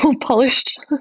polished